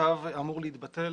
הצו אמור להתבטל